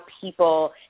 people